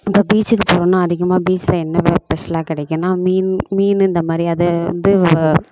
இப்போ பீச்சுக்கு போனால் அதிகமாக பீச்சில் என்னென்ன ஸ்பெஷலாக கிடைக்குன்னா மீன் மீன் இந்த மாதிரி அதை வந்து